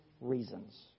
reasons